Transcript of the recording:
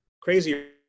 crazier